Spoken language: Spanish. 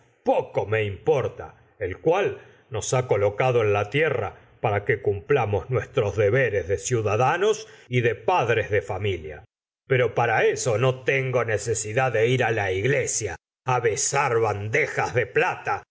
poco me importa el cual nos ha colocado en la tierra para que cumplamos nuestros deberes de ciudadanos y de padres de familia pero para eso no tengo necesidad de ir la iglesia besar bandejas de plata